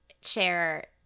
share